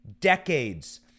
decades